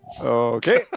Okay